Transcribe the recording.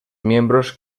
miembros